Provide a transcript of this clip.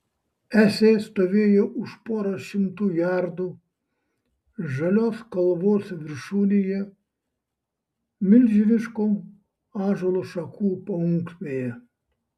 esė stovėjo už poros šimtų jardų žalios kalvos viršūnėje milžiniškų ąžuolo šakų paunksnėje